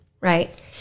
right